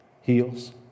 heals